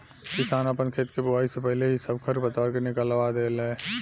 किसान आपन खेत के बोआइ से पाहिले ही सब खर पतवार के निकलवा देवे ले